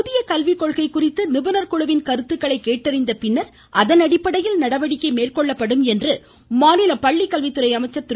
புதிய கல்விக்கொள்கை குறித்து நிபுணர்குழுவின் கருத்துக்களை கேட்டறிந்த பின்னர் அதன் அடிப்படையில் நடவடிக்கை மேற்கொள்ளப்படும் என்று மாநில பள்ளிக்கல்வித்துறை அமைச்சர் திரு